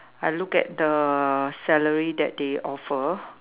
I look at the salary that they offer